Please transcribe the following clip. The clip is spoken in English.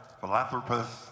philanthropist